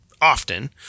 often